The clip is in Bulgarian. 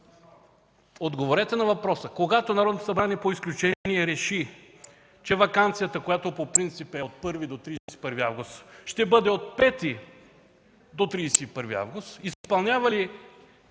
отговорете на въпроса: когато Народното събрание по изключение реши, че ваканцията, която по принцип е от 1 до 31 август, ще бъде от 5 до 31 август, изпълнява ли